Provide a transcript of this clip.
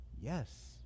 Yes